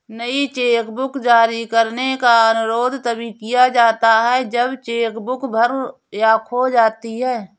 नई चेकबुक जारी करने का अनुरोध तभी किया जाता है जब चेक बुक भर या खो जाती है